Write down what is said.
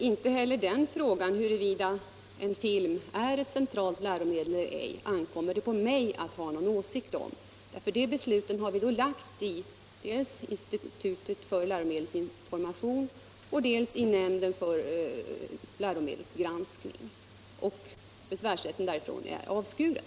Herr talman! Frågan huruvida en film är centralt läromedel eller inte ankommer det inte på mig att ha någon åsikt om. De besluten har vi överlåtit åt dels institutet för läromedelsinformation, dels nämnden för läromedelsgranskning, och besvärsrätten är här avskuren.